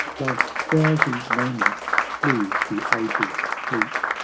like drowsy moments flew the ages fleet,